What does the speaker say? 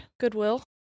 goodwill